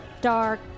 dark